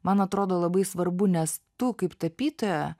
man atrodo labai svarbu nes tu kaip tapytoja